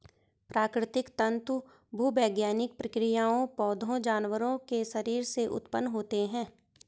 प्राकृतिक तंतु भूवैज्ञानिक प्रक्रियाओं, पौधों, जानवरों के शरीर से उत्पन्न होते हैं